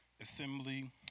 assembly